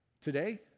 Today